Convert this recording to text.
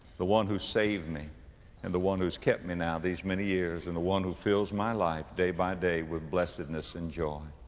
the one who saved me and the one who's kept me now these many years. and the one who fills my life day by day with blessedness and joy.